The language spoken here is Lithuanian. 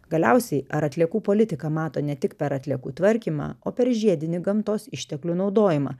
galiausiai ar atliekų politiką mato ne tik per atliekų tvarkymą o per žiedinį gamtos išteklių naudojimą